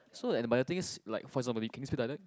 so that but the thing is like for example can you speak dialect